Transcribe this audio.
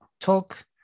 talk